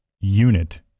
unit